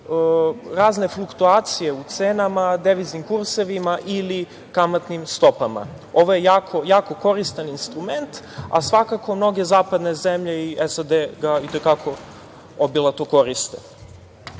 razne fluktuacije u cenama, deviznim kursevima ili kamatnim stopama. Ovo je jako koristan instrument, a svakako mnoge zapadne zemlje, i SAD, ga i te kako obilato koriste.S